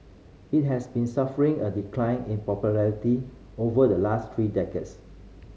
it has been suffering a decline in popularity over the last three decades